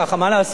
מה לעשות?